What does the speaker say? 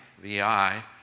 V-I